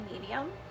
medium